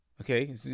okay